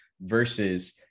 versus